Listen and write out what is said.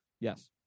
Yes